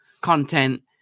content